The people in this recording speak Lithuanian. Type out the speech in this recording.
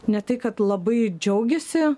ne tai kad labai džiaugiasi